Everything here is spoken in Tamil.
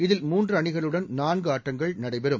இதில் மூன்று அணிகளுடன் நான்கு ஆட்டங்கள் நடைபெறும்